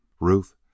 Ruth